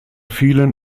vielen